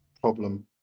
problem